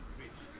beach